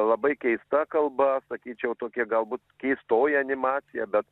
labai keista kalba sakyčiau tokia galbūt keistoji animacija bet